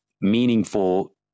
meaningful